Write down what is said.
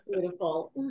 beautiful